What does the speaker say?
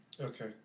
okay